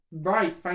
Right